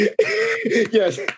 yes